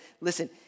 listen